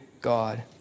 God